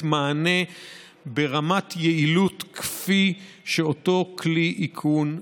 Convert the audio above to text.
מענה ברמת יעילות כפי שאותו כלי איכון נותן.